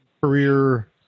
career